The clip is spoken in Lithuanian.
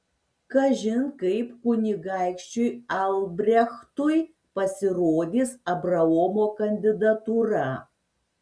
kažin kaip kunigaikščiui albrechtui pasirodys abraomo kandidatūra